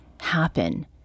happen